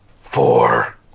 Four